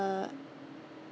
uh